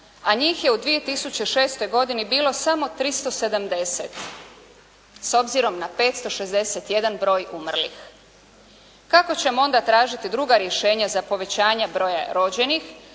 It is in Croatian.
a njih je u 2006. godini bilo samo 370, s obzirom na 561 broj umrlih. Kako ćemo onda tražiti druga rješenja za povećanja broja rođenih